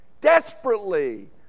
Desperately